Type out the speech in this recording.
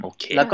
Okay